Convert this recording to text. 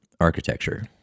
architecture